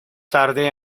tarde